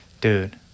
dude